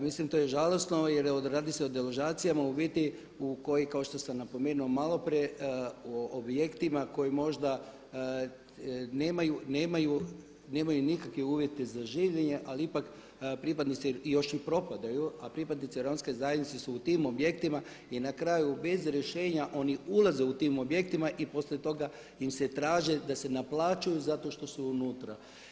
Mislim to je žalosno jer radi se o deložacijama u biti u kojima, kao što sam napomenuo maloprije objektima koji možda nemaju nikakve uvjete za življenje, ali ipak pripadnici, i još i propadaju, a pripadnici Romske zajednice su u tim objektima i na kraju bez rješenja oni ulaze u te objekte i poslije toga se traži da se naplaćuju zato što su unutra.